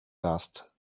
dust